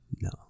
No